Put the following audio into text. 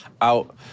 out